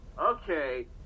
okay